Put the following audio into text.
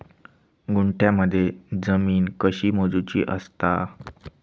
गुंठयामध्ये जमीन कशी मोजूची असता?